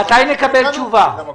מתי נקבל תשובה?